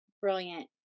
brilliant